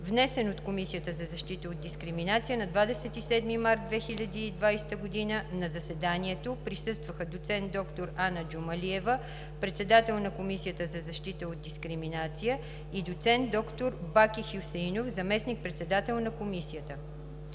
внесен от Комисията за защита от дискриминация на 27 март 2020 г. На заседанието присъстваха: доцент доктор Ана Джумалиева – председател на Комисията за защита от дискриминация (КЗД), и доцент доктор Баки Хюсеинов – заместник-председател на Комисията.